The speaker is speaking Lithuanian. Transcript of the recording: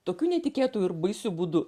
tokiu netikėtu ir baisiu būdu